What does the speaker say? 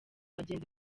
bagenzi